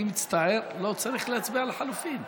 אני מצטער, לא צריך להצביע לחלופין.